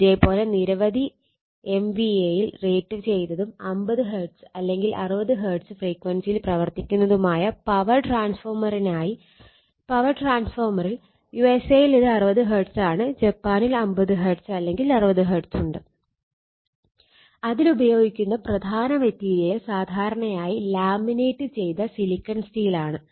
ഇതേ പോലെ നിരവധി എംവിഎയിൽ റേറ്റുചെയ്തതും 50 ഹെർട്സ് അല്ലെങ്കിൽ 60 ഹെർട്സ് ഫ്രീക്വൻസിയിൽ പ്രവർത്തിക്കുന്നതുമായ പവർ ട്രാൻസ്ഫോർമറിനായി പവർ ട്രാൻസ്ഫോർമററിൽ യുഎസ്എ യിൽ ഇത് 60 ഹെർട്സ് ആണ് ജപ്പാനിൽ 50 ഹെർട്സ് അല്ലെങ്കിൽ 60 ഹെർട്സ് ഉണ്ട് അതിൽ ഉപയോഗിക്കുന്ന പ്രധാന മെറ്റീരിയൽ സാധാരണയായി ലാമിനേറ്റ് ചെയ്ത സിലിക്കൺ സ്റ്റീൽ ആണ്